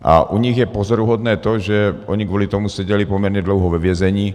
U nich je pozoruhodné to, že oni kvůli tomu seděli poměrně dlouho ve vězení.